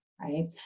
right